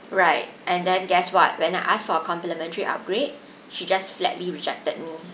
right and then guess what when I asked for a complimentary upgrade she just flatly rejected me